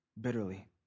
bitterly